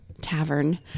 tavern